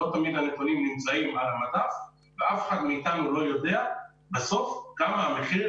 לא תמיד הנתונים נמצאים על המדף ואף אחד מאתנו לא יודע בסוף כמה המחיר